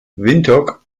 windhoek